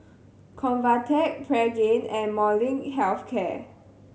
Convatec Pregain and Molnylcke Health Care